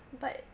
but